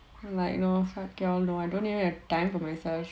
and like you know sometimes I feel I don't even have time for myself